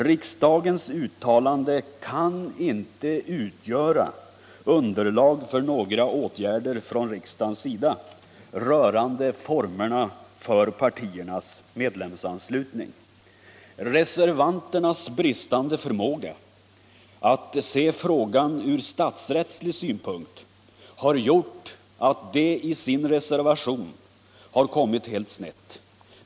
Riksdagens uttalande kan inte utgöra underlag för några åtgärder från riksdagens sida rörande formerna för partiernas medlemsanslutning. Reservanternas bristande förmåga att se frågan ur statsrättslig synpunkt har gjort att de i sin reservation har kommit helt snett.